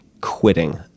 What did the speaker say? quitting